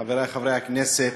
חברי חברי הכנסת,